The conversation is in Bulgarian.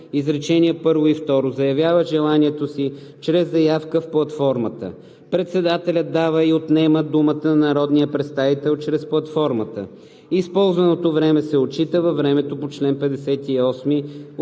изречение първо и второ заявява желанието си чрез заявка в платформата. Председателят дава и отнема думата на народния представител чрез платформата. Използваното време се отчита във времето по чл. 58